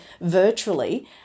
virtually